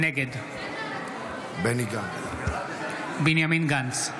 נגד בנימין גנץ,